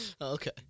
Okay